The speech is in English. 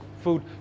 food